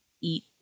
eat